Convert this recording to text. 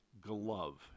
glove